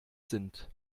sind